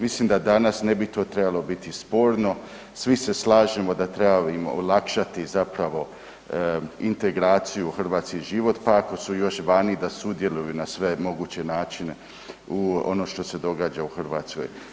Mislim da danas ne bi to trebalo biti sporno, svi se slažemo da trebamo olakšati zapravo integraciju u hrvatski život pa ako su još vani, da sudjeluju na sve moguće načine u ono što se događa u Hrvatskoj.